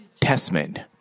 Testament